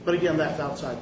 but again that is outside